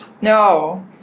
No